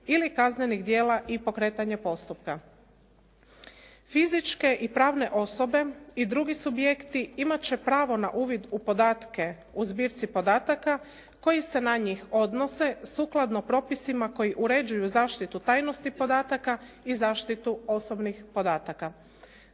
ili kaznenih djela i pokretanje postupka. Fizičke i pravne osobe i drugi subjekti imati će pravo na uvid u podatke u zbirci podataka koji se na njih odnose sukladno propisima koji uređuju zaštitu tajnosti podataka i zaštitu osobnih podataka.